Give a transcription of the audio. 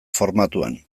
formatuan